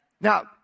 Now